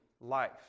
life